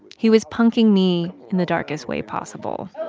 he was punking me in the darkest way possible